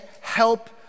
help